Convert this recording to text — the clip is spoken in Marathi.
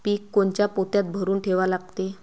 पीक कोनच्या पोत्यात भरून ठेवा लागते?